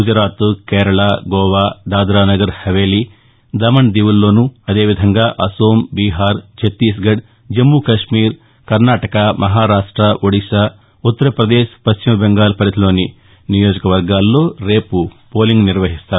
గుజరాత్ కేరళ గోవా దాదానగర్ హవేలి దమణ్దీవుల్లోనుఅదేవిధంగా అసోం బీహార్ ఛత్తీస్గఢ్ జమ్మూకశ్మీర్ కర్లాటక మహారాష్ట ఒడిశా ఉత్తర్ప్రదేశ్ పశ్చిమబెంగాల్ పరిధిలోని నియోజకవర్గాల్లో పోలింగ్ నిర్వహిస్తారు